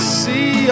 see